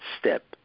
step